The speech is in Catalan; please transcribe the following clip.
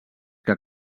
que